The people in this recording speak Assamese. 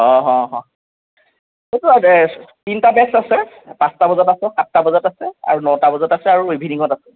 অঁ অঁ অঁ সেইটো আৰু বেটছ তিনিটা বেটছ আছে পাঁচটা বজাত আছে সাতটা বজাত আছে আৰু নটা বজাত আছে আৰু ইভিনিঙত আছে